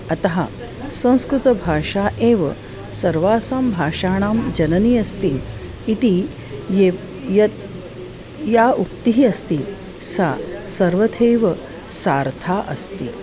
अतः संस्कृतभाषा एव सर्वासां भाषाणां जननी अस्ति इति ये यत् या उक्तिः अस्ति सा सर्वथैव सार्था अस्ति